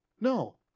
No